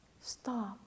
stop